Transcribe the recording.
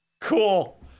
Cool